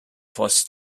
plus